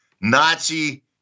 Nazi